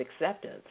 acceptance